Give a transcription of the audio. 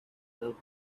looked